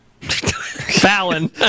fallon